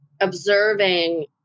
observing